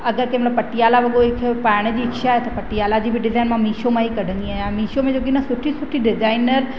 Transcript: अगरि कंहिंमहिल पटियाला वॻो थियो पाइण जी इछा त पटियाला जी डिज़ाइन मां मिशो मां ई कढंदी आहियां मिशो में छोकी न सुठी सुठी डिज़ाइन